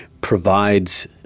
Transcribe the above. provides